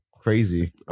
crazy